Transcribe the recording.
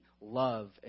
love